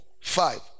five